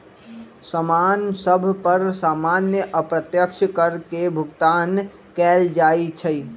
समान सभ पर सामान्य अप्रत्यक्ष कर के भुगतान कएल जाइ छइ